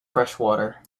freshwater